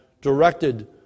directed